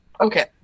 Okay